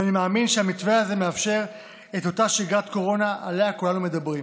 ואני מאמין שהמתווה הזה מאפשר את אותה שגרת קורונה שעליה כולנו מדברים,